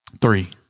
Three